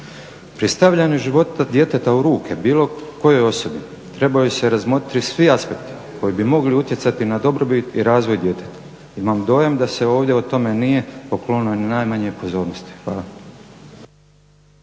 Pri stavljanju života djeteta u ruke bilo kojoj osobi trebaju se razmotriti svi aspekti koji bi mogli utjecati na dobrobit i razvoj djeteta. Imam dojam da se ovdje o tome nije poklonilo ni najmanje pozornosti. Hvala.